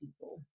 people